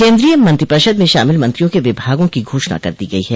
केन्द्रीय मंत्रिपरिषद में शामिल मंत्रियों के विभागों की घोषणा कर दी गई है